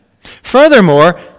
Furthermore